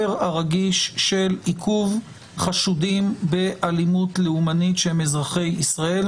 הרגיש של עיכוב חשודים באלימות לאומנית שהם אזרחי ישראל,